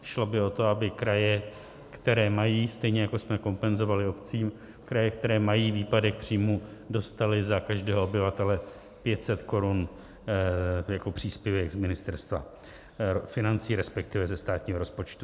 Šlo by o to, aby kraje, které mají, stejně jako jsme kompenzovali obcím, kraje, které mají výpadek příjmů, dostaly za každého obyvatele 500 korun jako příspěvek z Ministerstva financí, resp. ze státního rozpočtu.